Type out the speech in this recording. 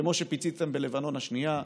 כמו שפיציתם בלבנון השנייה,